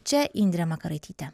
čia indrė makaraitytė